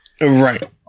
Right